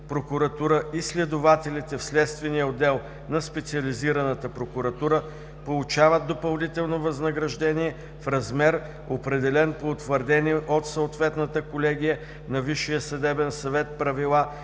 прокуратура и следователите в Следствения отдел на Специализираната прокуратура получават допълнително възнаграждение в размер, определен по утвърдени от съответната колегия на